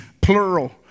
plural